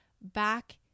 back